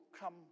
come